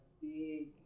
big